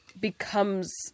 becomes